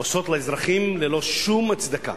עושות לאזרחים ללא שום הצדקה.